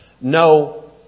no